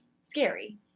scary